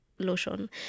lotion